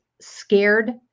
scared